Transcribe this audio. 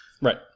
Right